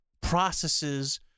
processes